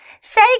Say